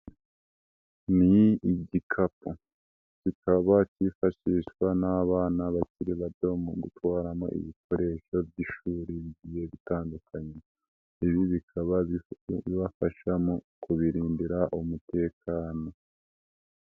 Ni igikapu kikaba cyifashishwa n'abana bakiri bato mu gutwaramo ibikoresho by'ishuri bigiye bitandukanye, ibi bikaba bibafasha mu kubibirindira umutekano.